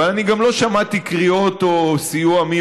אבל אני גם לא שמעתי קריאות או סיוע מי